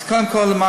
קודם כול,